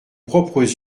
propres